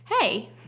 Hey